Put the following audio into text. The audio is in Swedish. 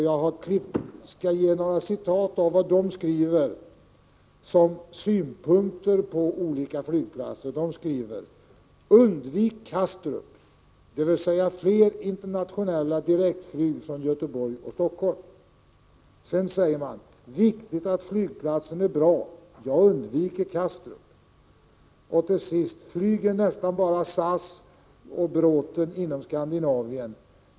Jag skall citera några av de synpunkter som denna panel har på olika flygplatser. Man skriver: ”Undvik Kastrup! Dvs fler internationella direktflyg från Göteborg och Stockholm.” Man säger vidare: ”Viktigt att flygplatsen är bra, jag undviker Kastrup.” Man säger också: ”Flyger nästan bara SAS, Braathen .